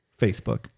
Facebook